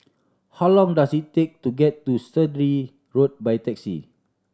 how long does it take to get to Sturdee Road by taxi